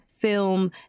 film